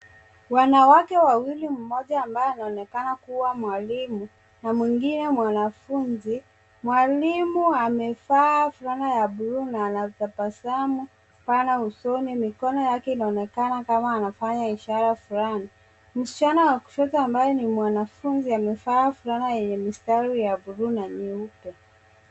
Wanawake wawili mmoja ambaye anaonekana kuwa mwalimu na mwingine mwaanfunzi. Mwalimu amevaa fulana ya blue na anatabasamu pana usoni .Mikono yake inaonekana kama anafanya ishara fulani. Msichana wa kushoto ambaye ni mwanafunzi amevaa fulana yenye mistari ya blue na nyeupe.